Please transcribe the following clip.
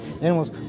animals